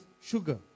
sugar